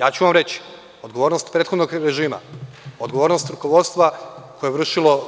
Ja ću vam reći – odgovornost prethodnog režima, odgovornost rukovodstva koje je